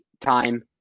time